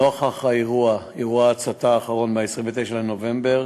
נוכח אירוע ההצתה האחרון, ב-29 בנובמבר,